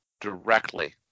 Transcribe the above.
directly